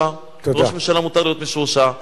לראש ממשלה מותר להיות משועשע.